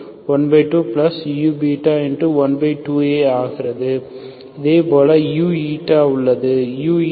12iஆகிறது இதேபோல் uஉள்ளது uu